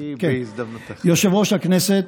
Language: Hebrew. יושב-ראש הכנסת,